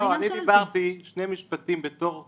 לא, אני אמרתי שני משפטים בתור קדימון.